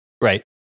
Right